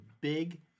big